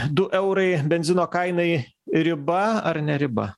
du eurai benzino kainai riba ar ne riba